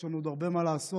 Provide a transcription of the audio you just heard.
יש לנו עוד הרבה מה לעשות,